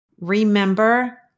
Remember